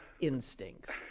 instincts